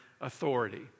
authority